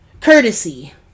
courtesy